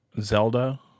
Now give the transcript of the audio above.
Zelda